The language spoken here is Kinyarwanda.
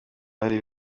bantu